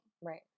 right